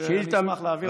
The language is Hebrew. אשמח להעביר.